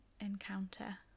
encounter